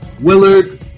Willard